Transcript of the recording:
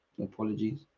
Apologies